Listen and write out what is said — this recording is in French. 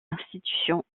institutions